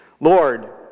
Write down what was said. Lord